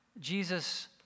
Jesus